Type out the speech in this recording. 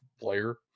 player